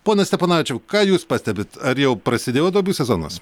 pone steponavičiau ką jūs pastebit ar jau prasidėjo duobių sezonas